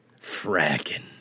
fracking